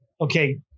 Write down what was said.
Okay